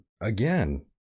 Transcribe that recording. Again